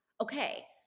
Okay